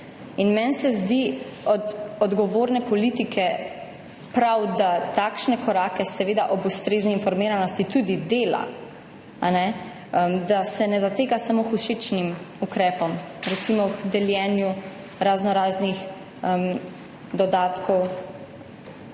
Meni se zdi od odgovorne politike prav, da takšne korake, seveda ob ustrezni informiranosti, tudi dela, da se ne zateka samo k všečnim ukrepom, recimo k deljenju raznoraznih dodatkov,